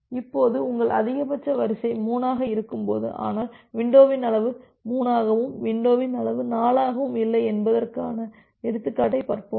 இப்போது உங்கள் அதிகபட்ச வரிசை 3 ஆக இருக்கும்போது ஆனால் விண்டோவின் அளவு 3 ஆகவும் விண்டோவின் அளவு 4 ஆகவும் இல்லை என்பதற்கான எடுத்துக்காட்டைப் பார்ப்போம்